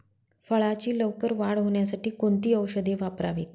फळाची लवकर वाढ होण्यासाठी कोणती औषधे वापरावीत?